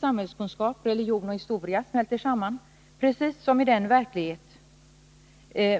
samhällskunskap, religionskunskap och historia smälter samman, precis som iden verklighet